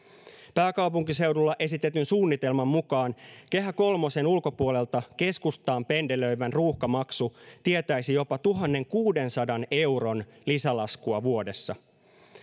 pääkaupunkiseudulla esitetyn suunnitelman mukaan kehä kolmosen ulkopuolelta keskustaan pendelöivän ruuhkamaksu tietäisi jopa tuhannenkuudensadan euron lisälaskua vuodessa